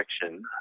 direction